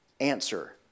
Answer